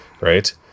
right